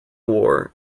war